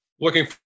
Looking